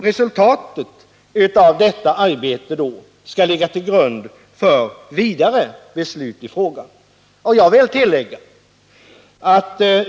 Resultatet av detta arbete skall ligga till grund för vidare beslut i frågan.